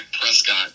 Prescott